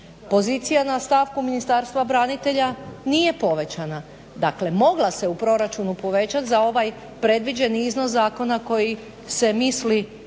Pozicija na stavku Ministarstva branitelja nije povećana, dakle mogla se u proračunu povećat za ovaj predviđeni iznos zakona koji se misli